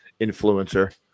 Influencer